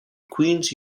queens